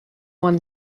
won